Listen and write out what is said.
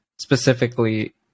specifically